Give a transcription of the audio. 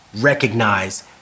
recognize